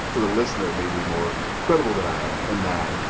to the listener, maybe, more credible than i am in that,